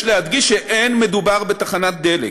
יש להדגיש שלא שמדובר בתחנת דלק.